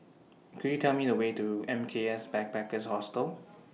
Could YOU Tell Me The Way to M K S Backpackers Hostel